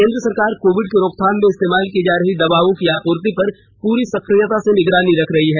केंद्र सरकार कोविड की रोकथाम में इस्तेमाल की जा रही दवाओं की आपूर्ति पर पूरी सक्रियता से निगरानी रख रही है